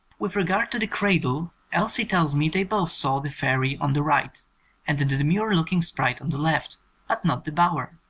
with regard to the cradle elsie tells me they both saw the fairy on the right and the demure-looking sprite on the left, but not the bower.